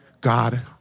God